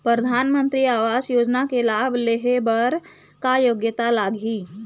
परधानमंतरी आवास योजना के लाभ ले हे बर का योग्यता लाग ही?